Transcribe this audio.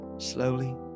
Slowly